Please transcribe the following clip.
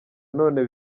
none